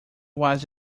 was